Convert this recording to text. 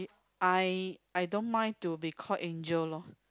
I I don't mind to be call Angel loh